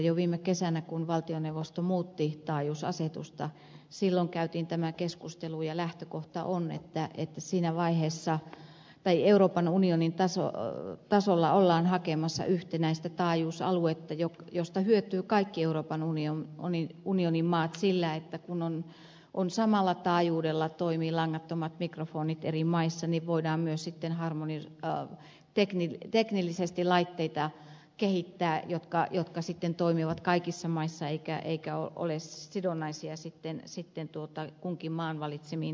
jo viime kesänä kun valtioneuvosto muutti taajuusasetusta käytiin tämä keskustelu ja lähtökohta on että euroopan unionin tasolla ollaan hakemassa yhtenäistä taajuusaluetta josta hyötyvät kaikki euroopan unionin maat siten että kun samalla taajuudella toimivat langattomat mikrofonit eri maissa voidaan myös sitten teknillisesti laitteita kehittää jotka sitten toimivat kaikissa maissa eivätkä ole sidonnaisia kunkin maan valitsemiin taajuuksiin